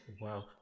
Wow